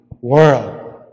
world